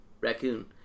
raccoon